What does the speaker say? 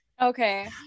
okay